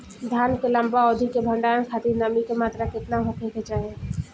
धान के लंबा अवधि क भंडारण खातिर नमी क मात्रा केतना होके के चाही?